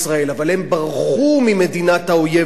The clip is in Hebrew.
אבל הם ברחו ממדינת האויב הזו.